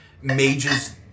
mages